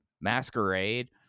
Masquerade